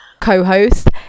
co-host